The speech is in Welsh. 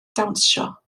dawnsio